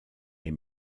les